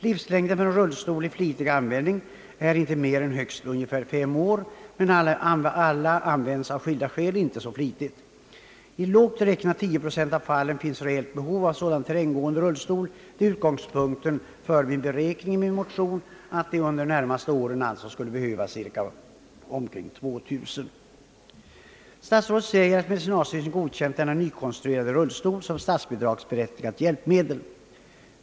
Livslängden för en rullstol i flitig användning är inte mer än ungefär högst fem år, men alla används av skilda skäl inte så flitigt, I lågt räknat 10 procent av fallen finns ett reellt behov av sådan terränggående rullstol. Det är utgångspunkten för min beräkning att det under de närmaste åren behövs cirka 2 000. Statsrådet säger att medicinalstyrelsen godkänt denna nykonstruerade rullstol som statsbidragsberättigat hjälpmedel.